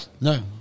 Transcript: No